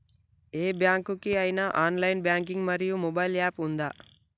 ఏ bank కి ఐనా online banking mobile మొబైల్ యాప్ ఉందా?